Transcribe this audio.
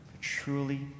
Truly